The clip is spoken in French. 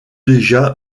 déjà